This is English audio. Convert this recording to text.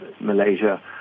Malaysia